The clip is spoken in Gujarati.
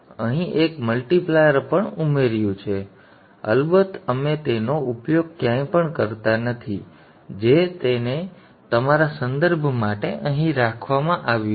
મેં અહીં એક મલ્ટીપ્લાયર પણ ઉમેર્યું છે પરંતુ અલબત્ત અમે તેનો ઉપયોગ ક્યાંય પણ કરતા નથી જે તેને તમારા સંદર્ભ માટે અહીં રાખવામાં આવ્યું છે